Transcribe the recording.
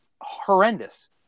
horrendous